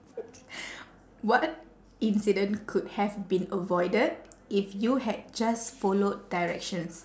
what incident could have been avoided if you had just followed directions